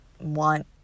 want